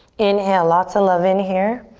inhale, lots of love in here.